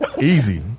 Easy